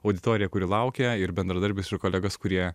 auditoriją kuri laukia ir bendradarbius ir kolegas kurie